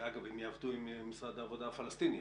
אגב, אם יעבדו עם משרד העבודה הפלסטיני.